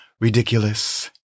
ridiculous